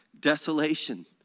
Desolation